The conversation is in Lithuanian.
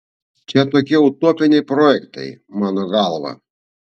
čia tokie utopiniai projektai mano galva